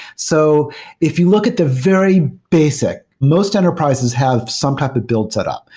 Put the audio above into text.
so if you look at the very basic, most enterprises have some type of build setup.